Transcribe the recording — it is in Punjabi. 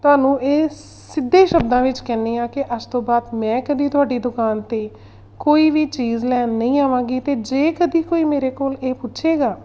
ਤੁਹਾਨੂੰ ਇਹ ਸਿੱਧੇ ਸ਼ਬਦਾਂ ਵਿੱਚ ਕਹਿੰਦੀ ਹਾਂ ਕਿ ਅੱਜ ਤੋਂ ਬਾਅਦ ਮੈਂ ਕਦੀ ਤੁਹਾਡੀ ਦੁਕਾਨ 'ਤੇ ਕੋਈ ਵੀ ਚੀਜ਼ ਲੈਣ ਨਹੀਂ ਆਵਾਂਗੀ ਅਤੇ ਜੇ ਕਦੀ ਕੋਈ ਮੇਰੇ ਕੋਲ ਇਹ ਪੁੱਛੇਗਾ